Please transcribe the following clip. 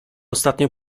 ostatnio